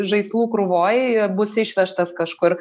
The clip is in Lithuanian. žaislų krūvoj bus išvežtas kažkur